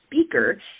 speaker